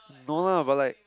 no lah but like